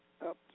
up